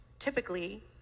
Typically